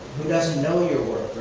who doesn't know your work